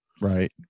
right